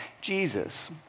Jesus